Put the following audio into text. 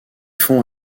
font